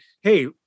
hey